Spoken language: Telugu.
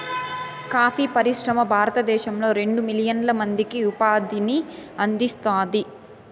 కాఫీ పరిశ్రమ భారతదేశంలో రెండు మిలియన్ల మందికి ఉపాధిని అందిస్తాంది